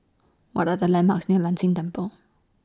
What Are The landmarks near Lin Tan Temple